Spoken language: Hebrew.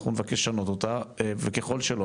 אנחנו מבקש לשנות אותה וככול שלא,